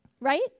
Right